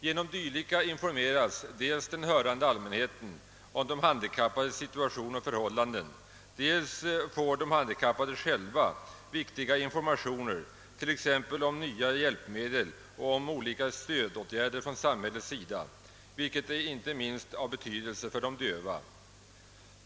Genom dylika informeras dels den hörande allmänheten om de handikappades situation och förhållanden, dels får de handikappade själva viktiga informationer t.ex. om nya hjälpmedel och om olika stödåtgärder från samhällets sida, vilket är av betydelse inte minst för de döva.